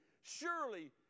surely